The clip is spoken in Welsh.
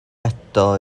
eto